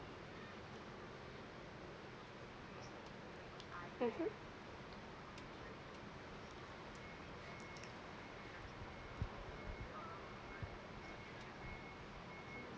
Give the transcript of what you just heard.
mmhmm